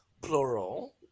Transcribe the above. plural